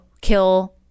kill